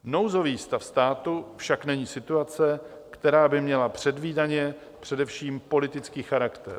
Nouzový stav státu však není situace, která by měla předvídaně především politický charakter.